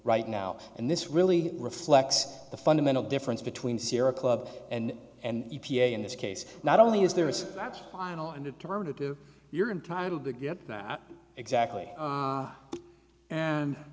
right now and this really reflects the fundamental difference between sierra club and and e p a in this case not only is there is that's final and determinative you're entitled to get that exactly